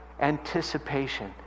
anticipation